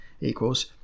equals